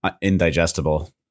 indigestible